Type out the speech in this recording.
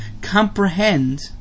comprehend